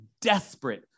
desperate